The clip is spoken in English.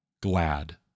glad